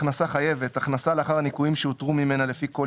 "הכנסה חייבת" הכנסה לאחר הניכויים שהותרו ממנה לפי כל